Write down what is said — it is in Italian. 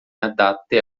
adatte